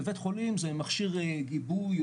בבית חולים זה מכשיר גיבוי,